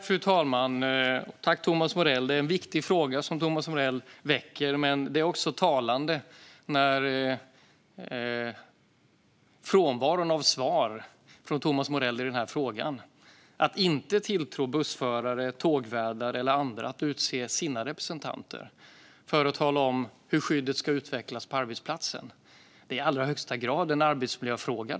Fru talman! Det är en viktig fråga som Thomas Morell väcker. Men det är också talande med frånvaron av svar från Thomas Morell i den här frågan - att inte tilltro bussförare, tågvärdar eller andra att utse sina representanter för att tala om hur skyddet ska utvecklas på arbetsplatsen. Det är i allra högsta grad en arbetsmiljöfråga.